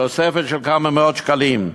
תוספת של כמה מאות שקלים.